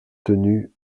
tenu